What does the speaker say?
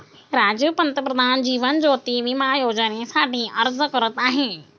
राजीव पंतप्रधान जीवन ज्योती विमा योजनेसाठी अर्ज करत आहे